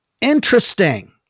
Interesting